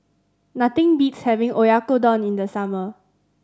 nothing beats having Oyakodon in the summer